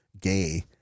gay